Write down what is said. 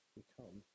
become